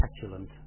petulant